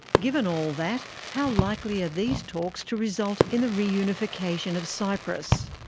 given all that, how likely ah these talks to result in the reunification of cyprus?